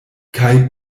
kaj